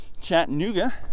Chattanooga